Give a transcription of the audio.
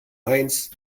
eins